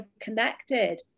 connected